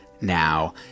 now